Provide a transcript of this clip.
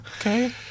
Okay